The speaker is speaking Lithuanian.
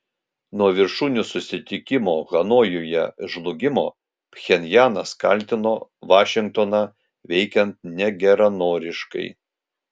nuo viršūnių susitikimo hanojuje žlugimo pchenjanas kaltino vašingtoną veikiant negeranoriškai